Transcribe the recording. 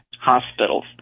hospitals